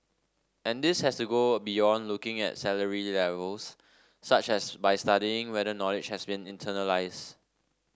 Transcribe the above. and this has to go beyond looking at salary levels such as by studying whether knowledge has been internalised